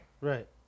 right